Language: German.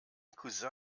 cousin